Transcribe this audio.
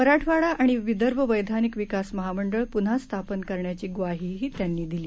मराठवाडा आणि विदर्भ वैधानिक विकास महामंडळ प्न्हा स्थापन करण्याची ग्वाहीही त्यांनी दिली